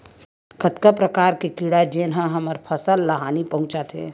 कतका प्रकार के कीड़ा जेन ह हमर फसल ल हानि पहुंचाथे?